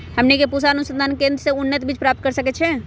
हमनी के पूसा अनुसंधान केंद्र से उन्नत बीज प्राप्त कर सकैछे?